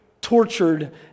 tortured